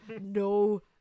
no